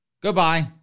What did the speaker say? Goodbye